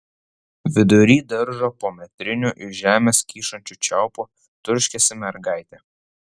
vidury daržo po metriniu iš žemės kyšančiu čiaupu turškėsi mergaitė